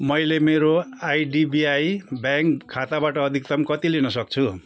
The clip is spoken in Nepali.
मैले मेरो आइडिबिआई ब्याङ्क खाताबाट अधिकतम कति लिन सक्छु